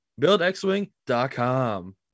BuildXWing.com